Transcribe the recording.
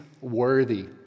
worthy